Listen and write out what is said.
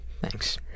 Thanks